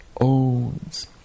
owns